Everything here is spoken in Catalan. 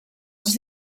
els